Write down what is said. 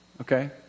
okay